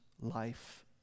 life